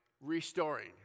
restoring